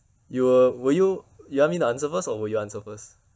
you will will you you want me to answer first or will you answer first